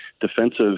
defensive